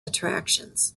attractions